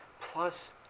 plus